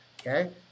okay